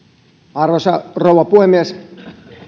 arvoisa rouva puhemies